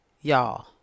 Y'all